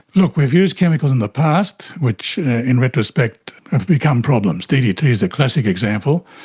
look, we've used chemicals in the past, which in retrospect have become problems. ddt is a classic example.